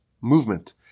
movement